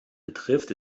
betrifft